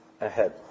ahead